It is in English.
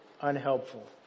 unhelpful